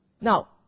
Now